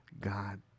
God